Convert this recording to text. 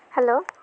hello